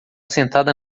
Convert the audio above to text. sentada